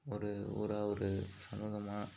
ஒரு ஊராக ஒரு சமூகமாக